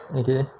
okay